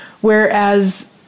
Whereas